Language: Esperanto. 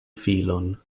filon